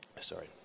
sorry